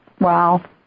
Wow